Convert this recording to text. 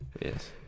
Yes